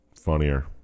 funnier